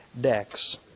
decks